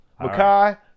Makai